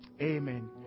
Amen